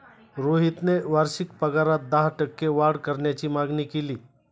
रोहितने वार्षिक पगारात दहा टक्के वाढ करण्याची मागणी केली